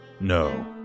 No